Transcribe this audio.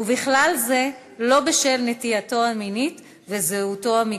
ובכלל זה בשל נטייתו המינית וזהותו המגדרית.